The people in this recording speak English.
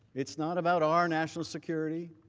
it is not about our national security.